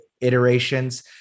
iterations